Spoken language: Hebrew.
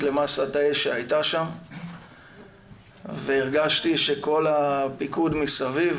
למסת האש שהייתה שם והרגשתי שכל הפיקוד מסביב,